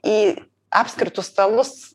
į apskritus stalus